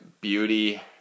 beauty